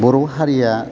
बर' हारिया